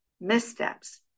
missteps